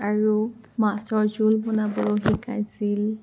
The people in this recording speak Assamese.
আৰু মাছৰ জোল বনাবলৈও শিকাইছিল